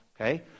okay